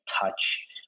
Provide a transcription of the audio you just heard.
touch